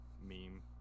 meme